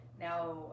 now